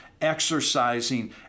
exercising